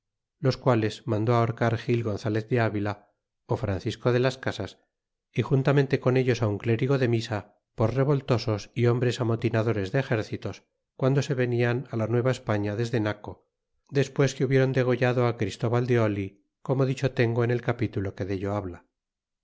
los quales mandó ahorcar gil gonzalez de avila francisco de las casas y juntamente con elos un clérigo de misa por revoltosos y hombres amotinadores de exércitos guando se venían rl la nueva españa desde naco despues que hubieron degollado á christóbal de oh romo dicho tengo en el capitulo que dello habla